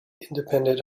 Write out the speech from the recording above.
independent